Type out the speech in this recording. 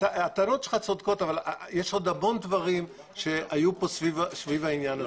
הטענות שלך צודקות אבל יש עוד המון דברים שהיו סביב העניין הזה.